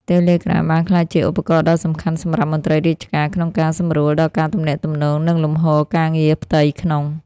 Telegram បានក្លាយជាឧបករណ៍ដ៏សំខាន់សម្រាប់មន្ត្រីរាជការក្នុងការសម្រួលដល់ការទំនាក់ទំនង និងលំហូរការងារផ្ទៃក្នុង។